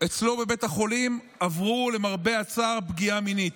אצלו בבית החולים עברו למרבה הצער פגיעה מינית.